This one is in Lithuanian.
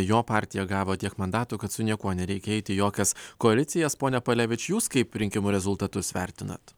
jo partija gavo tiek mandatų kad su niekuo nereikia eiti į jokias koalicijas pone palevič jūs kaip rinkimų rezultatus vertinat